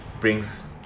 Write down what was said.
brings